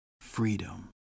freedom